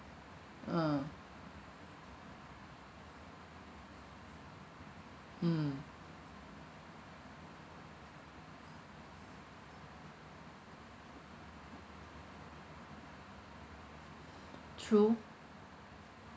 a'ah mm true